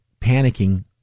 panicking